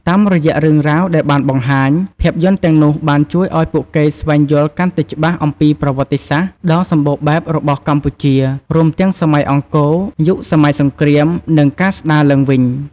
តាមរយៈរឿងរ៉ាវដែលបានបង្ហាញ ភាពយន្តទាំងនោះបាន ជួយឱ្យពួកគេស្វែងយល់កាន់តែច្បាស់អំពីប្រវត្តិសាស្ត្រ ដ៏សម្បូរបែបរបស់កម្ពុជា រួមទាំងសម័យអង្គរ យុគសម័យសង្គ្រាម និងការស្ដារឡើងវិញ។